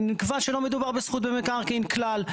נקבע שלא מדובר בזכות במקרקעין כלל.